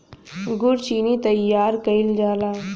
गुड़ चीनी तइयार कइल जाला